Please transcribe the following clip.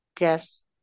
Yes